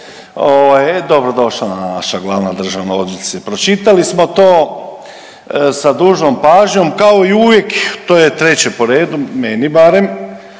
dobro došla naša glavna državna odvjetnice. Pročitali smo to sa dužnom pažnjom. Kao i uvijek to je treće po redu meni barem